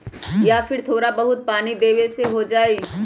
या फिर थोड़ा बहुत पानी देबे से हो जाइ?